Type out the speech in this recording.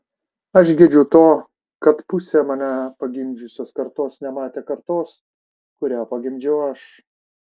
aš gedžiu to kad pusė mane pagimdžiusios kartos nematė kartos kurią pagimdžiau aš